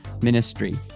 ministry